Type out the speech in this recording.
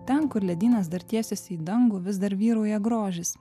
ten kur ledynas dar tiesėsi į dangų vis dar vyrauja grožis